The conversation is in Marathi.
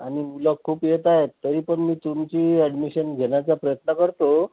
आणि लोक खूप येत आहेत तरी पण मी तुमची ऍडमिशन घेण्याचा प्रयत्न करतो